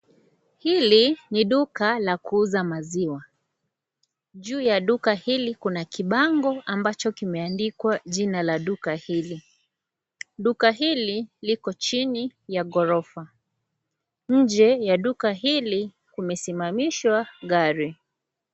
Hili ni Duka la kuuza maziwa. Juu ya Duka hili kuna kibango ambacho kimeandikwa jina la duka hili. Duka hili liko chini ya ghorofa. Nje ya Duka hili kumesimamishwa gari.